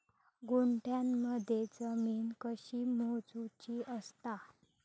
गुंठयामध्ये जमीन कशी मोजूची असता?